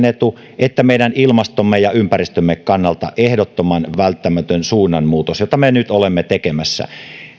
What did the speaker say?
etu ja meidän ilmastomme ja ympäristömme kannalta ehdottoman välttämätön suunnanmuutos jota me nyt olemme tekemässä